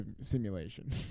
simulation